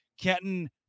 Kenton